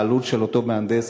העלות של אותו מהנדס,